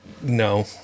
No